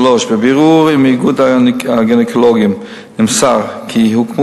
3. בבירור עם האיגוד הגינקולוגים נמסר כי הוקמו